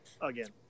again